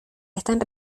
están